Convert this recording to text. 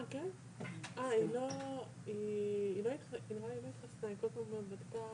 לכן למרות השאלות שעלו מתוך הדיון הזה לגבי כמה היבטים,